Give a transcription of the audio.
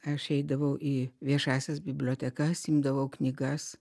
aš eidavau į viešąsias bibliotekas imdavau knygas